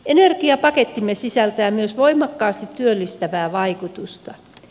energiapakettimme sisältää myös voimakkaasti työllistävää vaikutusta